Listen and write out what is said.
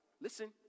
listen